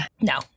No